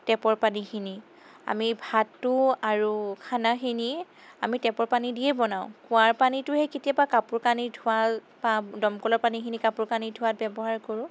টেপৰ পানীখিনি আমি ভাতো আৰু খানাখিনি আমি টেপৰ পানী দিয়ে বনাওঁ কুঁৱাৰ পানীটো সেই কেতিয়াবা কাপোৰ কানি ধোৱা বা দমকলৰ পানীখিনি কাপোৰ কানি ধোৱাত ব্যৱহাৰ কৰোঁ